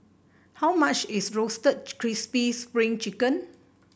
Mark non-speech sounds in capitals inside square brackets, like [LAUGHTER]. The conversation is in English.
how much is Roasted [UNINTELLIGIBLE] Crispy Spring Chicken